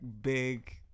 big